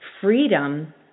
freedom